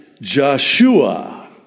Joshua